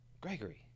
Gregory